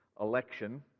election